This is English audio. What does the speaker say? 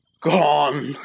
gone